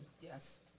Yes